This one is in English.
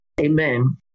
Amen